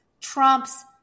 Trump's